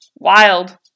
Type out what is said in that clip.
Wild